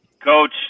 Coach